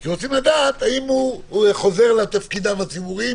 כי רוצים לדעת האם הוא חוזר לתפקידיו הציבוריים,